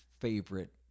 favorite